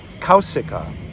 Kausika